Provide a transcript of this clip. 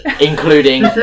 including